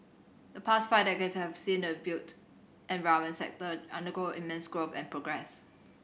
the past five decades have seen the built environment sector undergo immense growth and progress